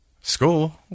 school